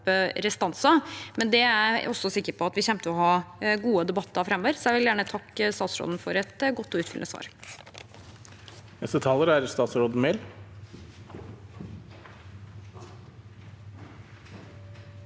restanser. Det er jeg også sikker på at vi kommer til å ha gode debatter om framover. Jeg vil gjerne takke statsråden for et godt og utfyllende svar. Statsråd